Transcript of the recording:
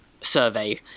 Survey